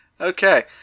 Okay